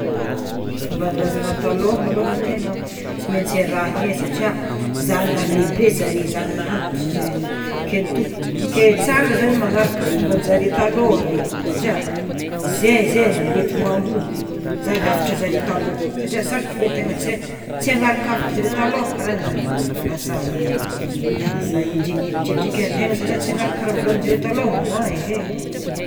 Fomban-drazana talô malôha tegna tsy maintsy arahina e satria zany nahalebe zare zany nahantitry zare, ke tok- ke tsara zany magnaraka fombanjare taloha regny satria zay zay mety mahomby zany hafatra zare taloha satria sarotra be antegna tsy ha- tsy hagnaraka hafatra zare taloha kara lasa lasa enjehin'ny eritreritry ke antegna zalah tsy hanaraka raha novolaninjare taloha mah ehe e.